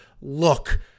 look